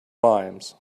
limes